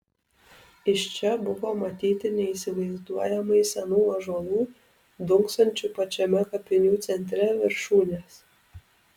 iš čia buvo matyti neįsivaizduojamai senų ąžuolų dunksančių pačiame kapinių centre viršūnės